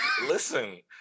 Listen